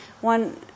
One